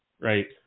Right